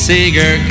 Seeger